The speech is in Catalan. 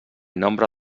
nombre